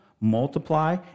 multiply